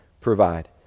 provide